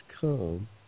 come